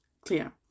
clear